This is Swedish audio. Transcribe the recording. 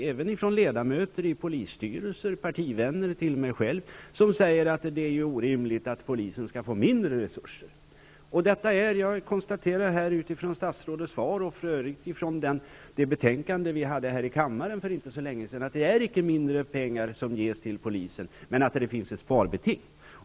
Det finns även ledamöter i polisstyrelser -- partivänner till mig -- som säger att det är orimligt att polisen skall få mindre resurser. Jag konstaterar utifrån statsrådets svar och det betänkande vi behandlade i kammaren för inte så länge sedan att det inte ges mindre pengar till polisen. Däremot finns ett sparbeting.